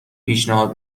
پیشنهاد